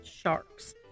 sharks